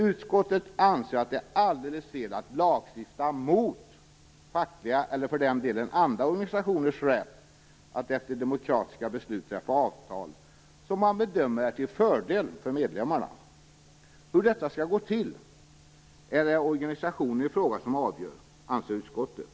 Utskottet anser att det är alldeles fel att lagstifta mot fackliga, eller för den delen, andra organisationers rätt att efter demokratiska beslut träffa avtal som man bedömer är till fördel för medlemmarna. Hur detta skall gå till är det organisationen i fråga som avgör, anser utskottet.